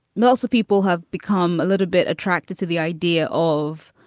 melyssa, people have become a little bit attracted to the idea of.